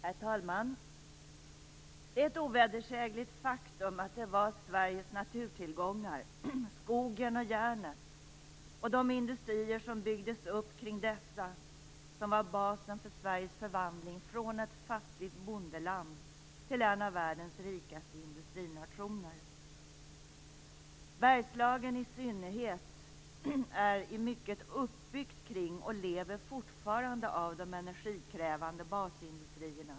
Fru talman! Det är ett ovedersägligt faktum att det var Sveriges naturtillgångar, skogen och järnet, och de industrier som byggdes upp kring dessa som var basen för Sveriges förvandling från ett fattigt bondeland till en av världens rikaste industrinationer. I synnerhet Bergslagen är uppbyggt kring och lever fortfarande av de energikrävande basindustrierna.